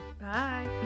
Bye